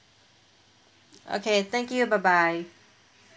okay thank you bye bye